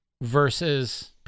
versus